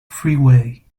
freeway